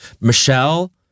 Michelle